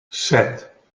set